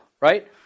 right